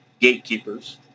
gatekeepers